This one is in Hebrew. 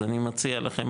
אז אני מציע לכם,